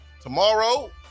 Tomorrow